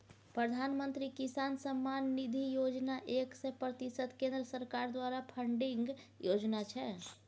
प्रधानमंत्री किसान सम्मान निधि योजना एक सय प्रतिशत केंद्र सरकार द्वारा फंडिंग योजना छै